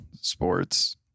sports